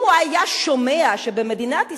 אם הוא היה שומע שבמדינת ישראל,